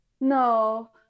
no